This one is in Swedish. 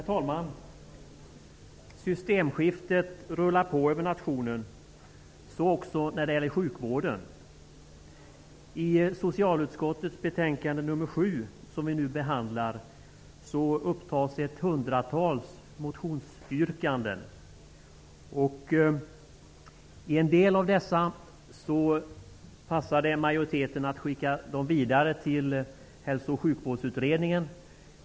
Herr talman! Systemskiftet rullar på över nationen -- så också när det gäller sjukvården. I socialutskottets betänkande nr 7, som vi nu behandlar, upptas ett hundratal motionsyrkanden. En del av dessa har det passat majoriteten att skicka vidare till Hälso och sjukvårdsutredningen.